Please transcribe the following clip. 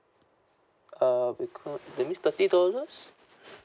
uh that means thirty dollars